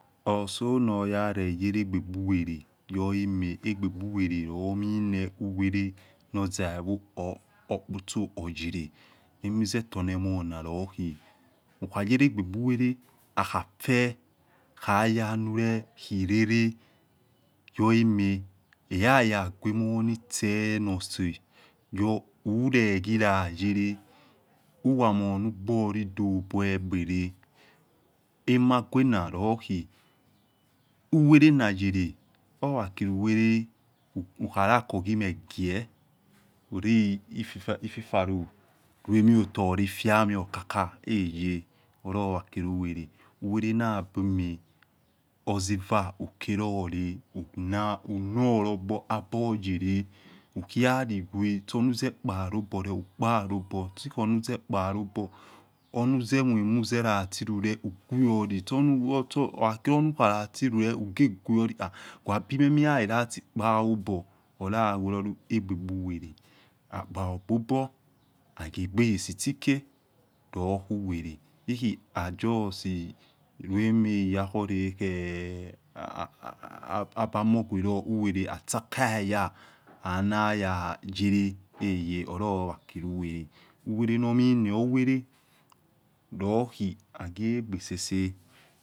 Osonoyareyelegbegbu uwele yohema ogbebu uwele omiene nor ozaivo or opotso oyele omazo tomona lookhi hukhayele ogbegbu uwele khafe, khayanule, khirere yohemam eyaya guemo rutse notse yokhule khilayele huwamonugborlidobor egbere, amagwena loho uwelonayele huwakhili hukharako ghimeh gieh urue ifufu alo ruomeh otore fia meh yo kaka heye owakhilu uwele, uwele nabiame ozova hukorore hunolurbor aboryele huke logure tonuzekpalobor le hukpalobor tsi hunu rokpalobor hunuzemuamulatilu uguiorlo huha kholahonuzemuamu latilule uge guoli, yua bi mela ulati kpaobor hulalagweli egbegbuuwele akpaegbebor haghiegbe lesi itsoke lohi egbe gbu wele hokhi ha justi yakhoro abamogwero uwele atsakaya nayo yele heye olahuwakhilu uwele, uwele nor miene uwele lokhi akhegbe sese.